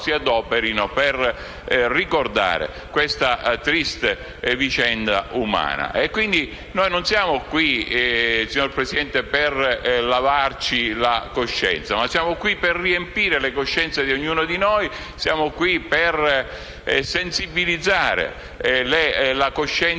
si adoperino per ricordare questa triste vicenda umana. Non siamo qui, signor Presidente, per lavarci la coscienza, ma per riempire le coscienze di ognuno di noi e per sensibilizzare la coscienza